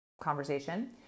conversation